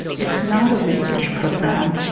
it's not a research program,